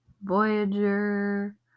Voyager